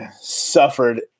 suffered